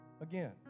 again